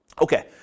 Okay